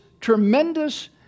tremendous